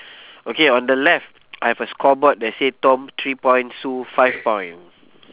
okay on the left I have a scoreboard that say tom three point sue five point